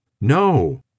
No